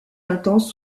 intense